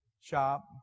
shop